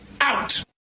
out